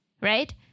right